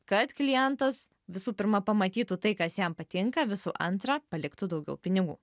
kad klientas visų pirma pamatytų tai kas jam patinka visų antra paliktų daugiau pinigų